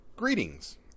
Greetings